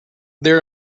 there